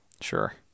Sure